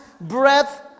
breath